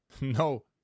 No